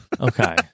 okay